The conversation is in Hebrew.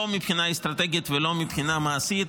לא מבחינה אסטרטגית ולא מבחינה מעשית,